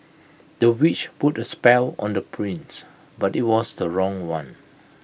the witch put A spell on the prince but IT was the wrong one